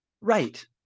Right